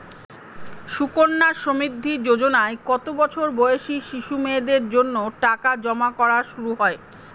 সুকন্যা সমৃদ্ধি যোজনায় কত বছর বয়সী শিশু মেয়েদের জন্য টাকা জমা করা শুরু হয়?